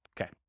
Okay